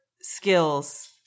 skills